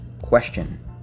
question